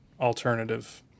alternative